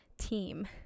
team